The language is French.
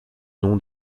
nom